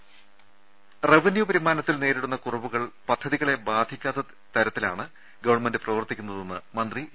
രുട്ട്ട്ട്ട്ട്ട്ട്ട റവന്യൂ വരുമാനത്തിൽ നേരിടുന്ന കുറവുകൾ പദ്ധതികളെ ബാധിക്കാ ത്ത രീതിയിലാണ് ഗവൺമെന്റ് പ്രവർത്തിക്കുന്നതെന്ന് മന്ത്രി എ